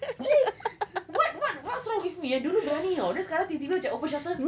gee what what what's wrong with me dulu berani eh [tau] then sekarang macam open shutter